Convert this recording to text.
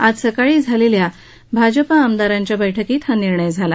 आज सकाळी झालेल्या भाजपा आमदारांच्या बैठकीत हा निर्णय झाला